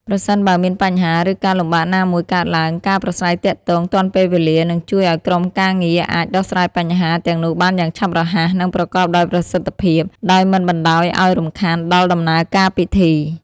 ប្រសិនបើមានបញ្ហា ឬការលំបាកណាមួយកើតឡើង ការប្រាស្រ័យទាក់ទងទាន់ពេលវេលា នឹងជួយឱ្យក្រុមការងារអាច ដោះស្រាយបញ្ហា ទាំងនោះបានយ៉ាងឆាប់រហ័ស និងប្រកបដោយប្រសិទ្ធភាព ដោយមិនបណ្ដោយឱ្យរំខានដល់ដំណើរការពិធី។